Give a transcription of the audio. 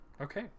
Okay